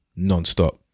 nonstop